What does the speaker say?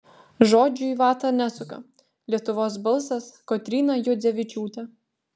žodžių į vatą nesuka lietuvos balsas kotryna juodzevičiūtė